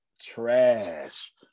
trash